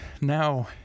now